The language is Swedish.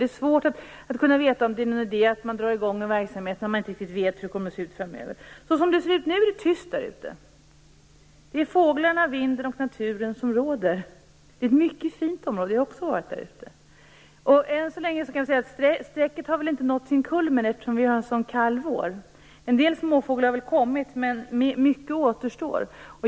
Det är svårt att veta om det är någon idé att dra i gång någon verksamhet när man inte riktigt vet hur framtiden kommer att se ut. Som det ser ut nu är det tyst där ute. Det är fåglarna, vinden och naturen som råder. Det är ett mycket fint område. Jag har också varit där ute. Än så länge har inte sträcket nått sin kulmen eftersom vi har en sådan kall vår. En del småfåglar har väl kommit, men mycket återstår.